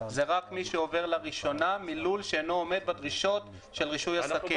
זה רק מי שעובר לראשונה מלול שאינו עומד בדרישות של רישוי עסקים.